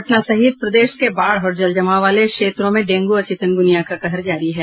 पटना सहित प्रदेश के बाढ़ और जल जमाव वाले क्षेत्रों में डेंगू और चिकनगुनिया का कहर जारी है